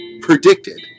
predicted